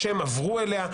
שהם עברו אליה.